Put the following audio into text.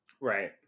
right